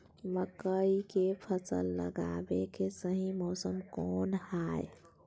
मकई के फसल लगावे के सही मौसम कौन हाय?